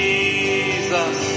Jesus